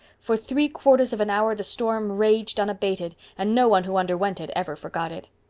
for three quarters of an hour the storm raged unabated and no one who underwent it ever forgot it.